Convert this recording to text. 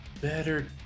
better